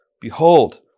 Behold